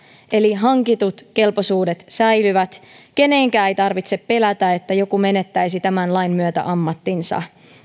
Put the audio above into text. eli hankitut kelpoisuudet säilyvät kenenkään ei tarvitse pelätä että joku menettäisi tämän lain myötä ammattinsa